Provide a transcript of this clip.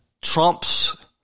Trump's